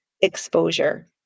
exposure